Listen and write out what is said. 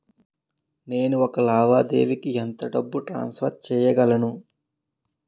నేను ఒక లావాదేవీకి ఎంత డబ్బు ట్రాన్సఫర్ చేయగలను?